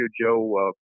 Joe